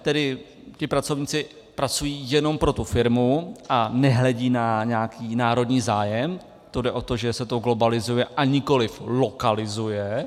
Tedy ti pracovníci pracují jenom pro tu firmu a nehledí na nějaký národní zájem, to jde o to, že se to globalizuje a nikoliv lokalizuje.